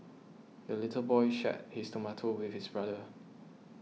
the little boy shared his tomato with his brother